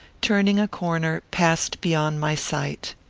turning a corner, passed beyond my sight.